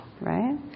right